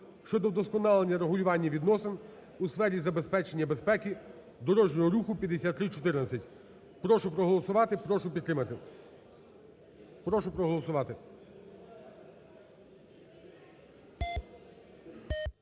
щодо вдосконалення регулювання відносин у сфері забезпечення безпеки дорожнього руху (5314). Прошу проголосувати, прошу підтримати, прошу проголосувати.